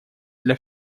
для